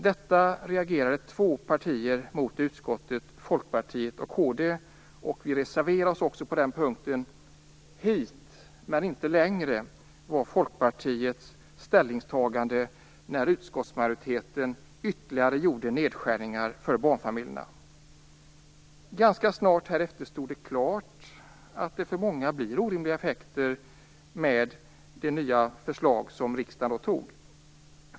Detta reagerade två partier i utskottet emot, Folkpartiet och kd. Vi reserverade oss också på den punkten. Hit, men inte längre var Folkpartiets ställningstagande när utskottsmajoriteten gjorde ytterligare nedskärningar för barnfamiljerna. Ganska snart härefter stod det klart att det för många blir orimliga effekter av det nya förslag som riksdagen antog.